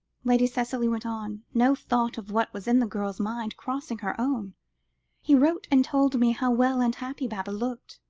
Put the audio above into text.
lady cicely went on, no thought of what was in the girl's mind crossing her own he wrote and told me how well and happy baba looked.